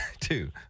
two